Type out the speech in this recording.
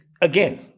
again